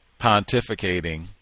pontificating